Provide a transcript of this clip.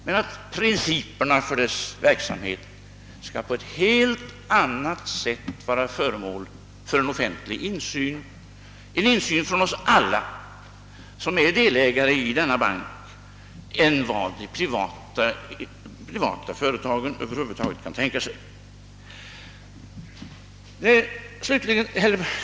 Men principerna för bankens verksamhet skall vara föremål för offentlig insyn — en insyn från oss alla som är delägare i denna bank — på ett helt annat sätt än vad som är tänkbart i fråga om privata företag.